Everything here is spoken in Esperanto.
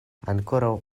ankoraŭ